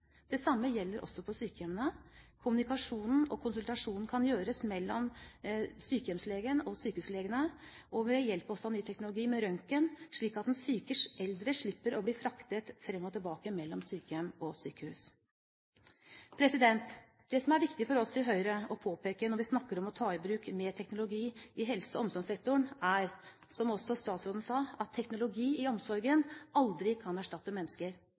Det samme gjelder også på sykehjemmene. Kommunikasjonen og konsultasjonen kan gjøres mellom sykehjemslegen og sykehuslegene, også ved hjelp av ny teknologi, med røntgen, slik at den syke eldre slipper å bli fraktet frem og tilbake mellom sykehjem og sykehus. Det som er viktig for oss i Høyre å påpeke når vi snakker om å ta i bruk mer teknologi i helse- og omsorgssektoren, er, som også statsråden sa, at teknologi i omsorgen aldri kan erstatte mennesker.